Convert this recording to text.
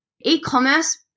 e-commerce